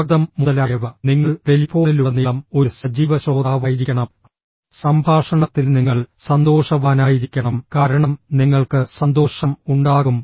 സ്വാഗതം മുതലായവ നിങ്ങൾ ടെലിഫോണിലുടനീളം ഒരു സജീവ ശ്രോതാവായിരിക്കണം സംഭാഷണത്തിൽ നിങ്ങൾ സന്തോഷവാനായിരിക്കണം കാരണം നിങ്ങൾക്ക് സന്തോഷം ഉണ്ടാകും